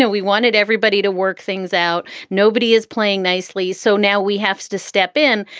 and we wanted everybody to work things out. nobody is playing nicely. so now we have to step in.